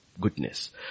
goodness